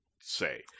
say